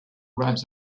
rhymes